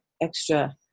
extra